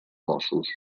ossos